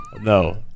No